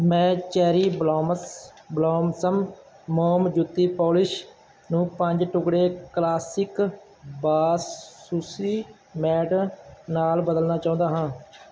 ਮੈਂ cherry blossoms blossom ਮੋਮ ਜੁੱਤੀ ਪੋਲਿਸ਼ ਨੂੰ ਪੰਜ ਟੁਕੜੇ ਕਲਾਸਿਕ ਬਾਂਸ ਸੁਸ਼ੀ ਮੈਟ ਨਾਲ ਬਦਲਣਾ ਚਾਹੁੰਦਾ ਹਾਂ